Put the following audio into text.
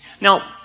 Now